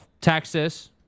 Texas